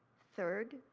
third,